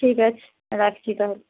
ঠিক আছে রাখছি তাহলে